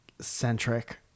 centric